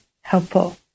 helpful